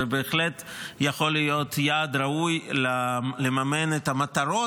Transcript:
זה בהחלט יכול להיות יעד ראוי לממן את המטרות